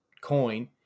coin